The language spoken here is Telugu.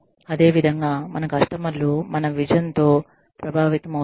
అదేవిధంగా మన కస్టమర్లు మన విజన్ తో ప్రభావితం అవుతారు